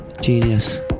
genius